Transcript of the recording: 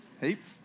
Heaps